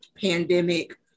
pandemic